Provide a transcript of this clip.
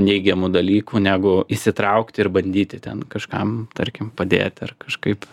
neigiamų dalykų negu įsitraukti ir bandyti ten kažkam tarkim padėti ar kažkaip